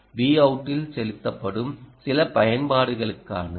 Vout இல் செலுத்தப்படும் சில பயன்பாடுகளுக்கானது